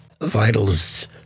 vitals